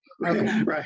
Right